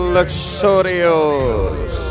Luxurious